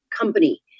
company